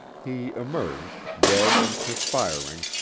he emerged, red and perspiring,